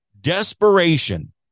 Desperation